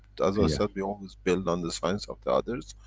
as i said, we always build on the science of the others,